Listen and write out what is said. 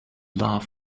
laugh